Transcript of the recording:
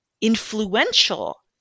influential